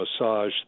massage